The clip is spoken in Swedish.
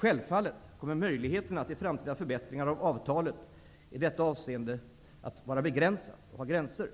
Självfallet kommer möjligheterna till framtida förbättringar av avtalet i detta avseende att ha gränser,